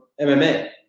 MMA